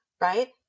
right